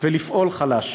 ולפעול חלש.